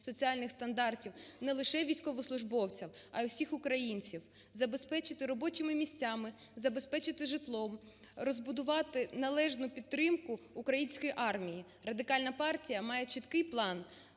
соціальних стандартів не лише військовослужбовців, а й усіх українців. Забезпечити робочими місцями, забезпечити житлом, розбудувати належну підтримку української армії. Радикальна партія має чіткий план,